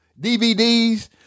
DVDs